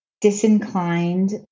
disinclined